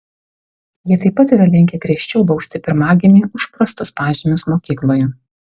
jie taip pat yra linkę griežčiau bausti pirmagimį už prastus pažymius mokykloje